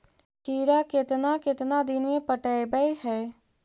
खिरा केतना केतना दिन में पटैबए है?